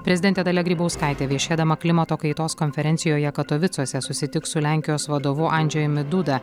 prezidentė dalia grybauskaitė viešėdama klimato kaitos konferencijoje katovicuose susitiks su lenkijos vadovu andžejumi duda